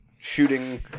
shooting